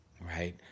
right